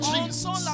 Jesus